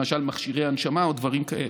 למשל מכשירי הנשמה או דברים כאלה.